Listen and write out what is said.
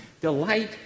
Delight